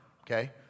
okay